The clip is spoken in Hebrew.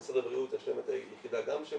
למשרד הבריאות יש גם יחידה שמטפלת